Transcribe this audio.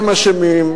הם אשמים,